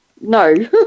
no